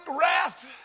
wrath